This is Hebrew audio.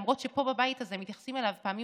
למרות שפה בבית הזה מתייחסים אליו פעמים